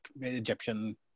Egyptian